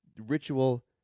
ritual